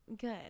good